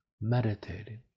meditating